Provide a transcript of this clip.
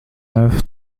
neuf